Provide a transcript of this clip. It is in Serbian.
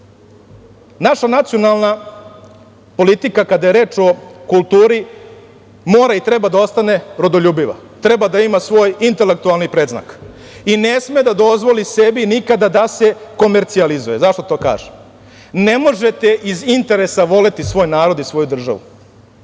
nacionalna politika, kada je reč o kulturi, mora i treba da ostane rodoljubiva, treba da ima svoj intelektualni predznak i ne sme da dozvoli sebi nikada da se komercijalizuje. Zašto to kažem? Ne možete iz interesa voleti svoj narod i svoju državu.